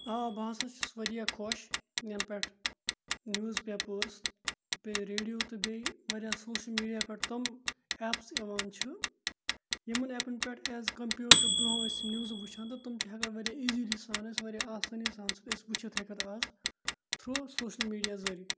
آ بہٕ ہَسا چھُس واریاہ خۄش یَنہٕ پٮ۪ٹھ نِوٕز پیپٲرٕس بیٚیہِ ریڈیو تہٕ بیٚیہِ واریاہ سوشَل میٖڈیا پٮ۪ٹھ تِم ایپٕس یِوان چھُ یِمَن ایپَن پٮ۪ٹھ ایز کَمپیٲڈ ٹُو برونٛہہ ٲسۍ یِم نِوزٕ وٕچھان تہٕ تِم چھِ ہٮ۪کان واریاہ ایٖزِلی سان اَسہِ واریاہ آسٲنی سان سُہ أسۍ وٕچھِتھ ہیٚکَتھ آز تھرٛوٗ سوشَل میٖڈیا ذٔریعہِ